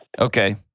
Okay